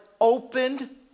opened